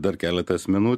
dar keleta asmenų